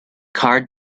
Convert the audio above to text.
card